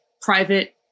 private